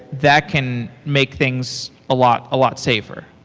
that can make things a lot a lot safer.